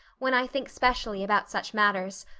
when i think specially about such matters.